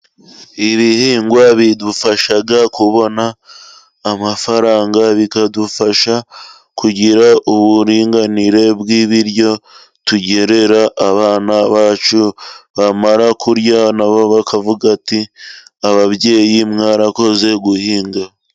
Ibihingwa bidufasha kubona amafaranga, bikadufasha kugira uburinganire bw'ibiryo tugerera abana bacu, bamara kurya nabo bakavuga bati:"ababyeyi mwarakoze guhinga".